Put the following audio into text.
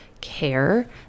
care